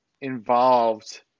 involved